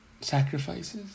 sacrifices